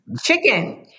Chicken